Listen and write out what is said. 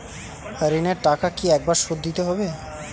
ঋণের টাকা কি একবার শোধ দিতে হবে?